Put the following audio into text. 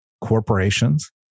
corporations